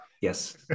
yes